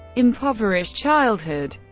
impoverished childhood